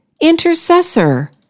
Intercessor